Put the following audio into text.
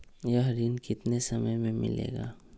यह ऋण कितने समय मे मिलेगा?